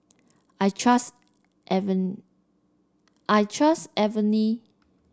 I trust I trust